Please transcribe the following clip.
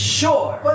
sure